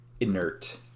inert